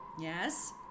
yes